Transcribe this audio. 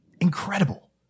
Incredible